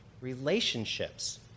relationships